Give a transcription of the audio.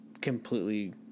completely